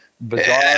bizarre